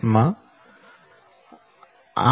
d